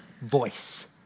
voice